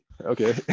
Okay